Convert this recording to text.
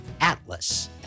Atlas